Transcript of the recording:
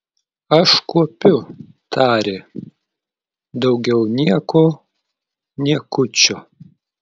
aš kuopiu tarė daugiau nieko niekučio